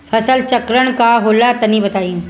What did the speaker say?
फसल चक्रण का होला तनि बताई?